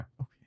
Okay